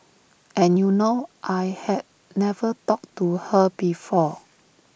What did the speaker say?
and you know I had never talked to her before